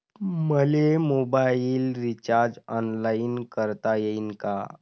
मले mobile recharge online करता येईन का?